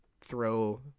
throw